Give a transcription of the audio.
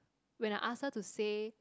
when I ask her to say